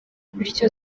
bityo